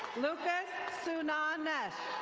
lucas sunan mesh.